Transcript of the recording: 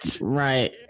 Right